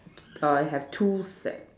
uh I have two set